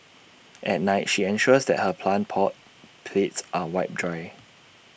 at night she ensures that her plant pot plates are wiped dry